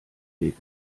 weg